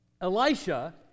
Elisha